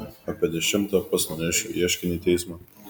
apie dešimtą pats nunešiu ieškinį į teismą